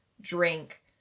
drink